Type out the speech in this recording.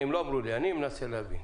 הם לא אמרו לי, אני מנסה להבין.